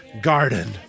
garden